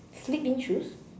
slip in shoes